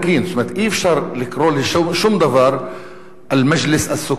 אי-אפשר לקרוא לשום דבר "אל-מַגְ'לִס אל-סוּכַּאן".